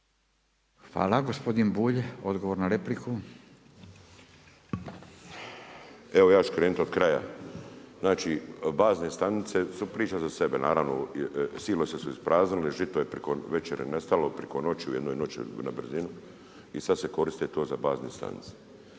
Hvala. Gospodin Bulj, odgovor na repliku. **Bulj, Miro (MOST)** Evo, ja ću krenuti od kraja. Znači bazne stanice su priča za sebe. Naravno silose su ispraznili, žito je preko većre nestalo, preko noći u jednoj noći na brzinu i sad se koristiti to za bazne stanice.